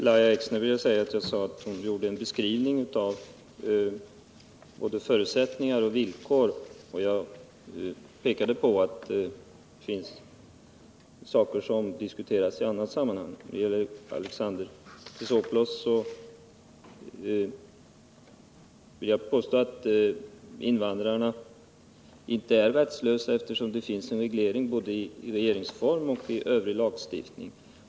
Fru talman! Jag sade att Lahja Exner gjorde en beskrivning av både förutsättningar och villkor, och jag pekade på att det är saker att diskutera i annat sammanhang. Med anledning av Alexander Chrisopoulos inlägg vill jag påstå att invandrarna inte är rättslösa, eftersom det finns en reglering både i regeringsform och i övrig lagstiftning.